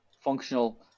functional